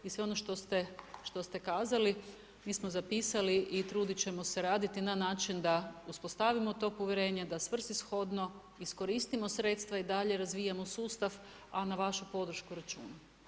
I sve ono što ste kazali mi smo zapisali i trudit ćemo se raditi na način da uspostavimo to uvjerenje, da svrsishodno iskoristimo sredstva i dalje razvijamo sustav, a na vašu podršku računam.